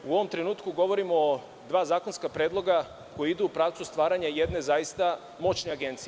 U ovom trenutku govorima o dva zakonska predloga koja idu u pravcu stvaranja jedne zaista moćne agencije.